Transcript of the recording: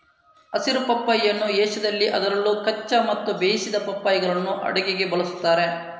ಹಸಿರು ಪಪ್ಪಾಯಿಯನ್ನು ಏಷ್ಯಾದಲ್ಲಿ ಅದರಲ್ಲೂ ಕಚ್ಚಾ ಮತ್ತು ಬೇಯಿಸಿದ ಪಪ್ಪಾಯಿಗಳನ್ನು ಅಡುಗೆಗೆ ಬಳಸುತ್ತಾರೆ